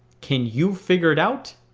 can you figure it out?